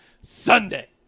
Sunday